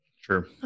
sure